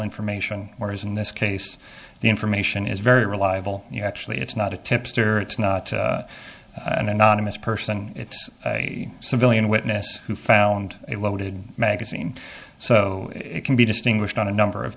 information or as in this case the information is very reliable you know actually it's not a tipster it's not an anonymous person it's a civilian witness who found a loaded magazine so it can be distinguished on a number of